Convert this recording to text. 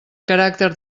caràcter